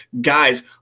Guys